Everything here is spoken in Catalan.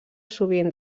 sovint